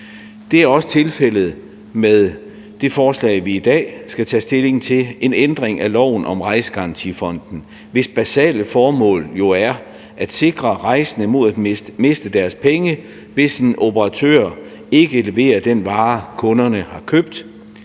Det er også tilfældet med det forslag, vi i dag skal tage stilling til, nemlig en ændring af loven om Rejsegarantifonden, hvis basale formål jo er at sikre rejsende mod at miste deres penge, hvis en operatør ikke leverer den vare, som kunderne har købt.